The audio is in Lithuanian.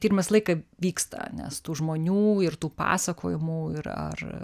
tyrimas visą laiką vyksta nes tų žmonių ir tų pasakojimų ir ar